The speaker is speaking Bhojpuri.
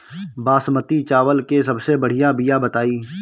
बासमती चावल के सबसे बढ़िया बिया बताई?